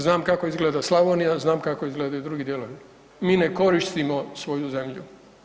Znam kako izgleda Slavonija, znam kako izgledaju drugi dijelovi, mi ne koristimo svoju zemlju.